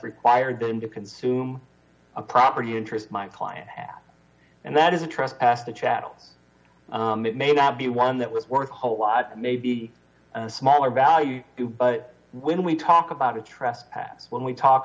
required them to consume a property interest my client and that is a trust the chattel may not be one that was worth a whole lot maybe a smaller value too but when we talk about a trust when we talk